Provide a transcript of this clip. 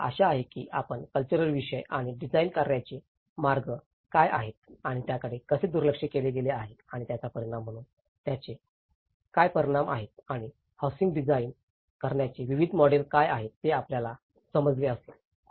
मला आशा आहे की आपण कल्चरल विषय आणि डिझाइन करण्याचे मार्ग काय आहेत आणि त्याकडे कसे दुर्लक्ष केले गेले आहे आणि याचा परिणाम म्हणून त्याचे काय परिणाम आहेत आणि हौसिंग डिझाइन करण्याचे विविध मॉडेल काय आहेत हे आपल्याला समजले असेल